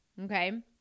Okay